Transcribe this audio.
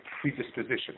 predisposition